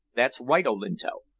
that's right, olinto.